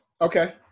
Okay